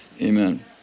Amen